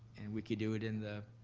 and we could do it in the